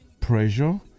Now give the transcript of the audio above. pressure